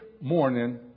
morning